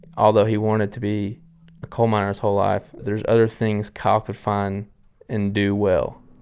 although he wanted to be a coal miner his whole life there's other things kyle could find and do well.